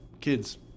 kids